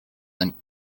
and